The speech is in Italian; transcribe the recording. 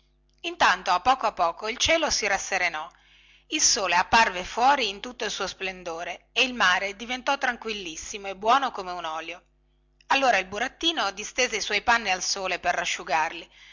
intanto a poco a poco il cielo si rasserenò il sole apparve fuori in tutto il suo splendore e il mare diventò tranquillissimo e buono come un olio allora il burattino distese i suoi panni al sole per rasciugarli